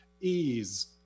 ease